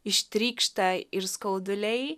ištrykšta ir skauduliai